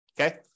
Okay